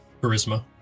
Charisma